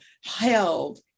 held